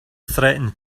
threatened